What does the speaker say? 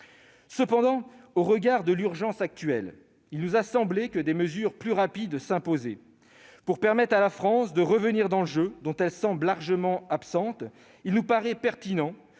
Cependant, au regard de l'urgence actuelle, il nous a semblé que des mesures plus rapides s'imposaient. Pour permettre à la France de revenir dans le jeu, dont elle semble largement absente, il nous paraît pertinent